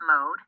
mode